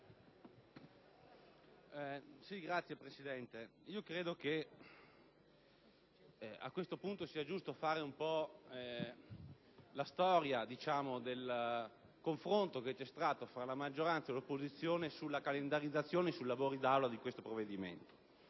Signor Presidente, credo che a questo punto sia giusto raccontare la storia del confronto che c'è stato tra la maggioranza e l'opposizione sulla calendarizzazione di questo provvedimento.